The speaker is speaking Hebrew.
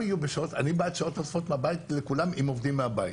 אני בעד שעות נוספות מהבית לכולם אם עובדים מהבית.